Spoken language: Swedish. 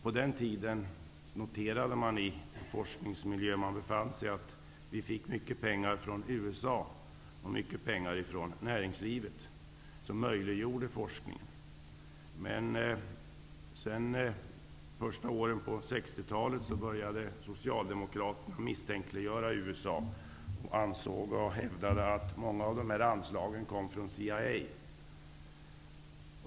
På den tiden kunde man notera att vi fick mycket pengar från USA och mycket pengar från näringslivet. Dessa pengar möjliggjorde forskningen. Under de första åren på 60-talet började Socialdemokraterna misstänkliggöra USA. De hävdade att många av anslagen kom från CIA.